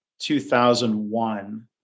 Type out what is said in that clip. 2001